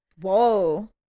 Whoa